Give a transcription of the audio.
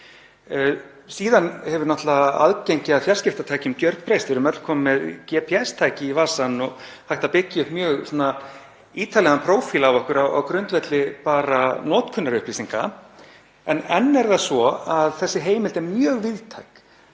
Síðan hefur náttúrlega aðgengi að fjarskiptatækjum gjörbreyst, við erum öll komin með GPS-tæki í vasann og hægt að byggja upp mjög ítarlegan prófíl af okkur á grundvelli notkunarupplýsinga. En enn er það svo að þessi heimild er mjög víðtæk.